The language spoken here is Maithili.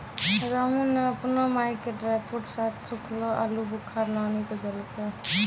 रामू नॅ आपनो माय के ड्रायफ्रूट साथं सूखलो आलूबुखारा लानी क देलकै